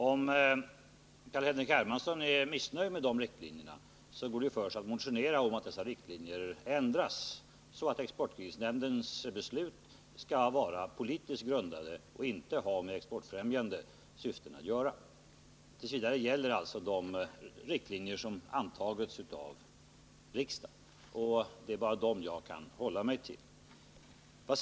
Om Carl-Henrik Hermansson är missnöjd med riktlinjerna, går det ju för sig att motionera om att de ändras, så att Exportkreditnämndens beslut skall vara politiskt grundade och inte ha med exportfrämjande syften att göra. T. v. gäller alltså de riktlinjer som antagits av riksdagen, och det är bara dem jag kan hålla mig till. C.-H.